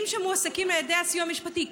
שמועסקים על ידי הסיוע המשפטי,